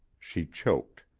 she choked.